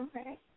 Okay